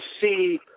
see